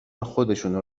خودشونو